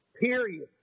period